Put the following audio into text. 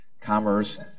commerce